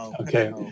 Okay